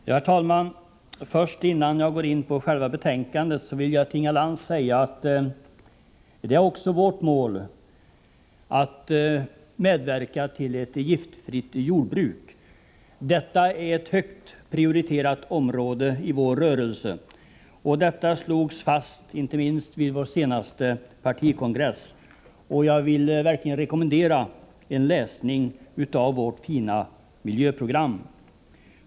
Herr talman! Innan jag går in på själva betänkandet vill jag till Inga Lantz säga att det också är vårt mål att medverka till ett giftfritt jordbruk. Detta är ett högt prioriterat område i vår rörelse. Det slogs fast inte minst vid vår senaste partikongress. Jag vill verkligen rekommendera läsning av vårt fina miljöprogram.